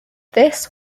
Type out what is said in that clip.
this